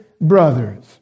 brothers